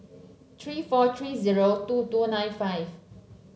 three four three zero two two nine five